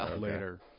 later